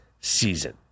season